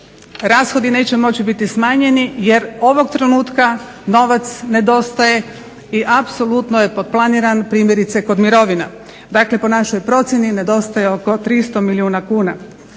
rashodi neće moći biti smanjeni jer ovog trenutka novac nedostaje i apsolutno je potplaniran primjerice kod mirovina. Dakle, po našoj procjeni nedostaje oko 300 milijuna kuna.